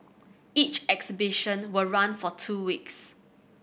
each exhibition will run for two weeks